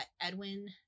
Edwin